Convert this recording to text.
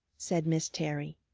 said miss terry,